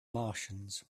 martians